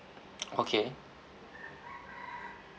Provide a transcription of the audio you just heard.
okay